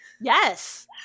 Yes